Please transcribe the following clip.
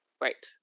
Right